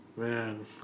Man